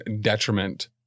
detriment